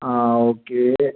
ആ ഓക്കെ